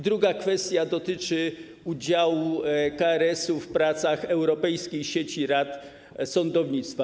Druga kwestia dotyczy udziału KRS-u w pracach Europejskiej Sieci Rad Sądownictwa.